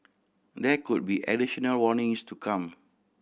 there could be additional warnings to come